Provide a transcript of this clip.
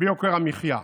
ביוקר המחיה?